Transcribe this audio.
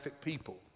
people